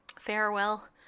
farewell